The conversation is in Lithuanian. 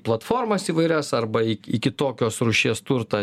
platformas įvairias arba į į kitokios rūšies turtą